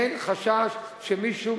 אין חשש שמישהו,